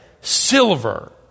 silver